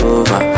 over